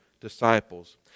disciples